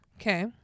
Okay